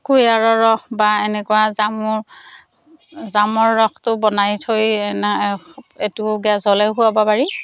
কুহিয়াঁৰৰ ৰস বা এনেকুৱা জামুৰ জামৰ ৰসটো বনাই থৈ এইটো গেছ হ'লেও খুৱাব পাৰি